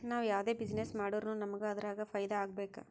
ನಾವ್ ಯಾವ್ದೇ ಬಿಸಿನ್ನೆಸ್ ಮಾಡುರ್ನು ನಮುಗ್ ಅದುರಾಗ್ ಫೈದಾ ಆಗ್ಬೇಕ